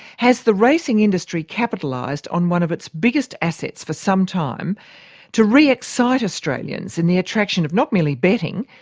has the racing industry capitalised on one of its biggest assets for some time to re-excite australians in the attraction of not merely betting,